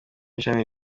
ishami